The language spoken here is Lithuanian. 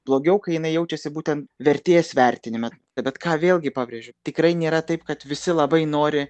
blogiau kai jinai jaučiasi būtent vertės vertinime bet ką vėlgi pabrėžiu tikrai nėra taip kad visi labai nori